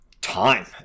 time